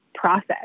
process